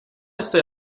estoy